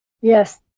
Yes